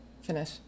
Finish